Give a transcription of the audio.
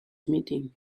meeting